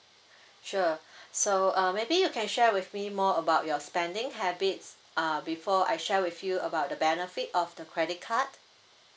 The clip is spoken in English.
sure so uh maybe you can share with me more about your spending habits uh before I share with you about the benefit of the credit card